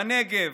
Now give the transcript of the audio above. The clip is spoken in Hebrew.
בנגב,